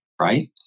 right